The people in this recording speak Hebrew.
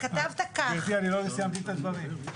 גברתי, לא סיימתי את הדברים.